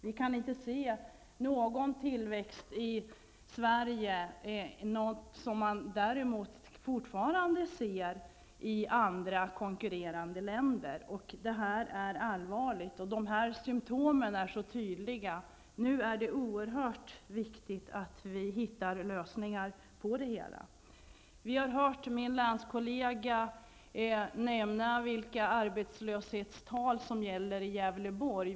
Vi kan inte se någon tillväxt i Sverige -- något som man däremot fortfarande ser i andra, konkurrerande länder -- och det är allvarligt. Symptomen är tydliga. Nu är det oerhört viktigt att vi hittar lösningar på problemen. Vi har hört min länskollega nämna de arbetslöshetstal som gäller i Gävleborg.